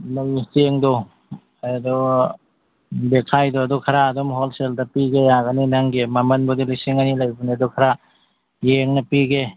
ꯂꯩ ꯆꯦꯡꯗꯣ ꯑꯗꯣ ꯕꯦꯈꯥꯏꯗ ꯑꯗꯨ ꯈꯔ ꯑꯗꯨꯝ ꯍꯣꯜꯁꯦꯜꯗ ꯄꯤꯒꯦ ꯌꯥꯒꯅꯤ ꯅꯪꯒꯤ ꯃꯃꯟꯕꯨꯗꯤ ꯂꯤꯁꯤꯡ ꯑꯅꯤ ꯂꯩꯕꯅꯤ ꯑꯗꯨ ꯈꯔ ꯌꯦꯡꯅ ꯄꯤꯒꯦ